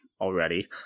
already